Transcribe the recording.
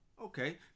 Okay